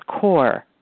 core